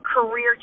Career